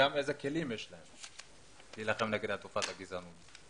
איזה כלים יש להם להילחם בתופעת הגזענות?